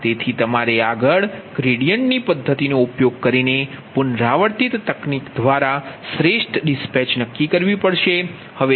તેથી તમારે ગ્રેડીયન્ટની પદ્ધતિનો ઉપયોગ કરીને પુનરાવર્તિત તકનીક દ્વારા શ્રેષ્ઠ રવાનગી નક્કી કરવી પડશે